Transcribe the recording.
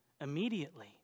immediately